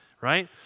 right